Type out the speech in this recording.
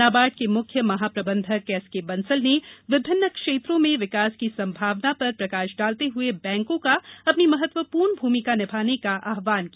नाबार्ड के मुख्य महाप्रबंधक एस के बंसल ने विभिन्न क्षेत्रों में विकास की संभावना पर प्रकाश डालते हुए बैंकों का अपनी महत्वपूर्ण भूमिका निभाने का आह्वान किया